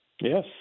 Yes